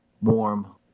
Warm